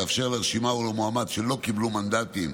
לגבי רשימה ומועמד שלא קיבלו מנדטים,